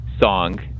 song